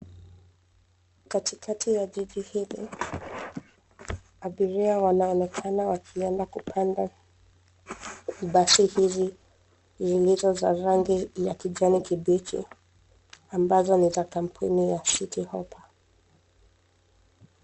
Katikati ya jiji hili, abiria wanaonekana wakienda kupanda basi hizi zilizo za rangi ya kijani kibichi ambazo ni za kampuni ya City Hoppa.